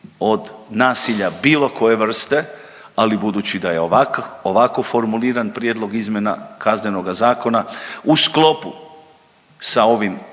od nasilja bilo koje vrste, ali budući da je ovako formuliran prijedlog izmjena Kaznenoga zakona u sklopu sa ovim